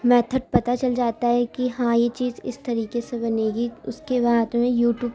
method پتا چل جاتا ہے کہ ہاں یہ چیز اس طریقے سے بنے گی اس کے بعد میں یو ٹوب